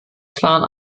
klaren